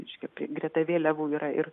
reiškia greta vėliavų yra ir